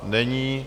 Není.